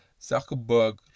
Zuckerberg